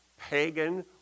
pagan